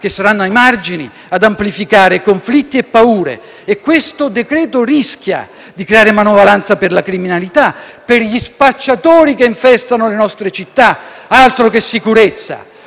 che saranno ai margini ad amplificare conflitti e paure. Il decreto-legge in esame rischia di creare manovalanza per la criminalità, per gli spacciatori che infestano le nostre città. Altro che sicurezza!